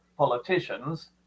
politicians